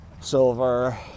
silver